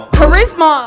Charisma